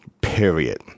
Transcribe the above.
period